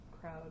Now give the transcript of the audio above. crowd